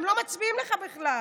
הם לא מצביעים לך בכלל.